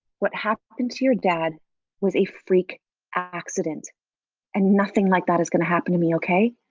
what happened to your dad was a freak accident and nothing like that is gonna happen to me okay.